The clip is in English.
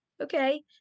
Okay